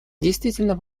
действительно